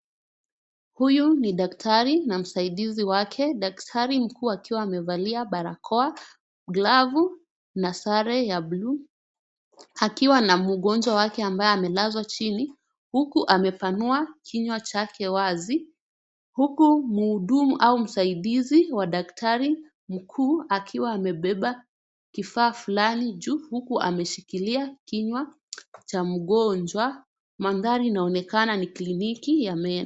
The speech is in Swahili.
Huyu ni daktari na msaidizi wake, daktari mkuu akiwa amevalia barakoa, glavu na sare ya buluu akiwa na mgonjwa wake ambaye amelazwa chini huku amepanua kinywa chake wazi huku mhudumu au msaidizi wa daktari mkuu akiwa amebeba kifaa fulani juu huku ameshikilia kinywa cha mgonjwa .Mandhari inaonekana ni kliniki ya meno.